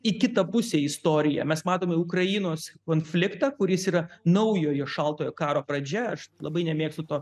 į kitą pusę istoriją mes matome ukrainos konfliktą kuris yra naujojo šaltojo karo pradžia aš labai nemėgstu to